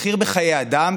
מחיר בחיי אדם,